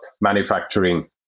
manufacturing